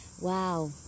Wow